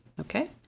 okay